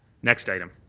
next item.